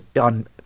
on